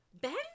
Ben